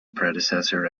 predecessor